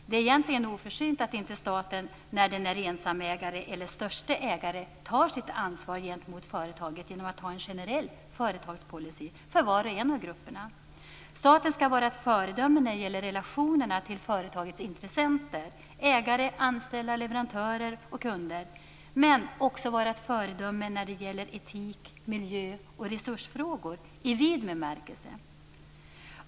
Det är egentligen oförsynt att inte staten, när staten är ensamägare eller den största ägaren, tar sitt ansvar gentemot företaget genom att ha en generell företagspolicy för var och en av grupperna. Staten skall vara ett föredöme när det gäller relationerna till företagets intressenter - ägare, anställda, leverantörer och kunder - men staten skall också vara ett föredöme när det gäller etik samt miljö och resursfrågor i vid bemärkelse.